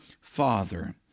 Father